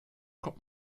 guck